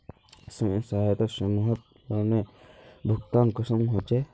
स्वयं सहायता समूहत लोनेर भुगतान कुंसम होचे?